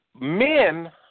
Men